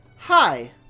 Hi